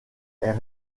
est